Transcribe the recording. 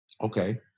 Okay